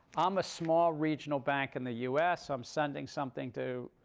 i'm a small regional bank in the us. i'm sending something to